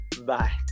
Bye